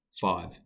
Five